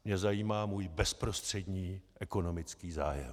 Mě zajímá můj bezprostřední ekonomický zájem.